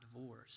divorce